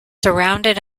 surrounded